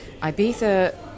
Ibiza